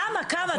כמה, כמה?